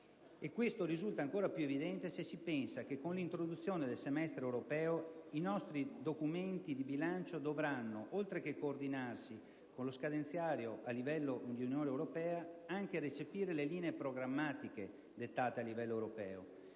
Ciò risulta ancora più evidente se si pensa che, con l'introduzione del semestre europeo, i nostri documenti di bilancio dovranno, oltre che coordinarsi con lo scadenzario a livello dell'Unione europea, anche recepire le linee programmatiche dettate a livello europeo.